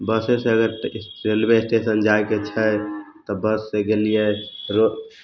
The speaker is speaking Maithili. बसे से अगर रेलवे स्टेशन जाइ के छै तऽ बस से गेलियै रो